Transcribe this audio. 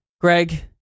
Greg